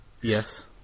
Yes